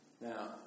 Now